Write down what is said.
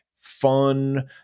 fun